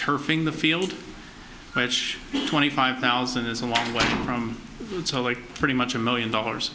turfing the field which twenty five thousand is a long way from pretty much a million dollars